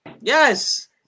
yes